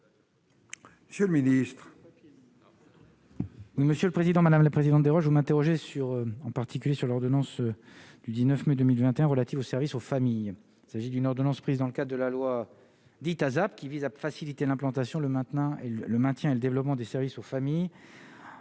Monsieur le Ministre.